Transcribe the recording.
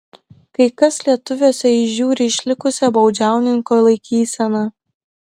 kai kas lietuviuose įžiūri išlikusią baudžiauninko laikyseną